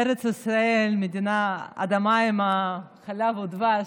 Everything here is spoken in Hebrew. ארץ ישראל היא אדמה עם חלב ודבש.